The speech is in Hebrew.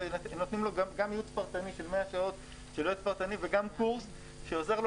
נותנים לו גם ייעוץ פרטני של 100 שעות וגם קורס שעוזר לו